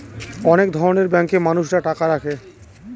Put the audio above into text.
অনেক ধরনের ব্যাঙ্কে মানুষরা টাকা রাখে